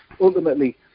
ultimately